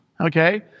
Okay